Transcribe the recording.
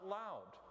loud